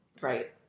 right